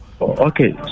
Okay